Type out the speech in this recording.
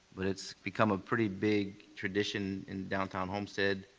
but it's become a pretty big tradition in downtown homestead.